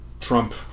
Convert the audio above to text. Trump